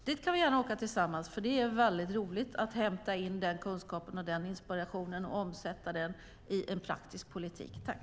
Dit kan vi gärna åka tillsammans, för det är roligt att hämta kunskap och få inspiration och omsätta det i praktisk politik.